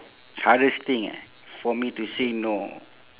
hardest thing eh for me to say no